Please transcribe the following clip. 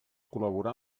col·laborar